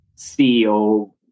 CEO